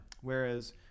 Whereas